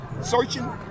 Searching